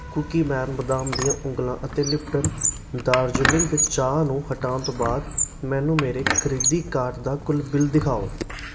Cookieman ਬਦਾਮ ਦੀਆਂ ਉਂਗਲਾਂ ਅਤੇ ਲਿਪਟਨ ਦਾਰਜੀਲਿੰਗ ਚਾਹ ਨੂੰ ਹਟਾਉਣ ਤੋਂ ਬਾਅਦ ਮੈਨੂੰ ਮੇਰੇ ਖਰੀਦੀ ਕਾਰਟ ਦਾ ਕੁੱਲ ਬਿੱਲ ਦਿਖਾਓ